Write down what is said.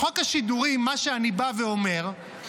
מה שאני בא ואומר: